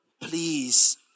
please